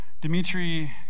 Dmitry